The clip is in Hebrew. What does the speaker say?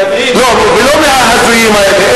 ולא מההזויים האלה.